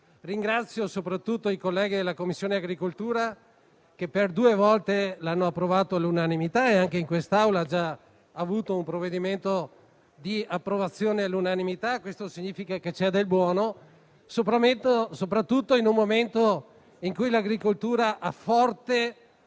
Ringrazio soprattutto i colleghi della Commissione agricoltura che per due volte l'hanno approvato all'unanimità e anche in quest'Aula è stato già espresso un voto favorevole all'unanimità. Questo significa che c'è del buono, soprattutto in un momento in cui l'agricoltura ha forte